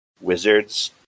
wizards